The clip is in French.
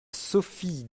sophie